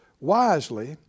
wisely